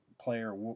player